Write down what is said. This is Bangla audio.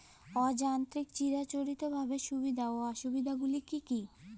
অযান্ত্রিক চিরাচরিতভাবে সুবিধা ও অসুবিধা গুলি কি কি?